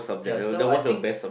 ya so I think